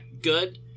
good